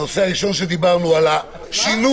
הנושא הראשון שדיברנו עליו.